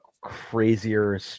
crazier